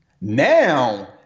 Now